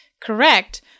correct